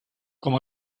com